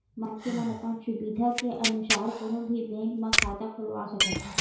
मनखे मन अपन सुबिधा के अनुसार कोनो भी बेंक म खाता खोलवा सकत हे